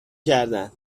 کردن